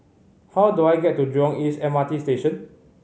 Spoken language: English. how do I get to Jurong East M R T Station